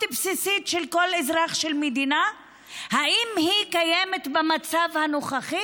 לנצח, כי לא יהיה פה ניצחון.